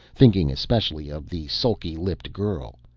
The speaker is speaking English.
thinking especially of the sulky-lipped girl,